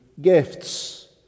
gifts